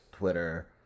twitter